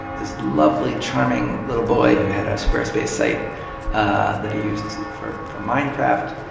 this lovely, charming little boy who had a squarespace site ah that he used for for mine craft.